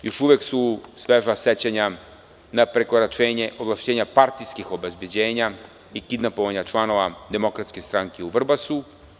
Još uvek su sveža sećanja na prekoračenje ovlašćenja partijskih obezbeđenja i kidnapovanja članova DS u Vrbasu.